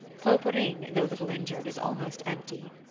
poperinghe, though little injured, is almost empty.